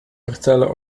vertellen